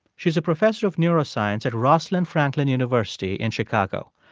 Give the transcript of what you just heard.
she's a professor of neuroscience at rosalind franklin university in chicago.